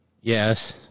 yes